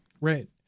Right